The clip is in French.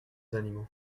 animaux